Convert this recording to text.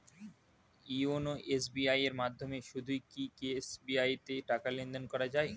YONO SBI এর মাধ্যমে শুধুই কি এস.বি.আই তে টাকা লেনদেন করা যায়?